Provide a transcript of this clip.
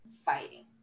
fighting